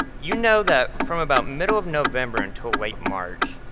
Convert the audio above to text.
you know that from about middle of november until late march,